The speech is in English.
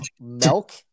milk